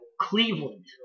Cleveland